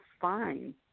fine